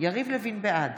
בעד